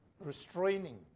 restraining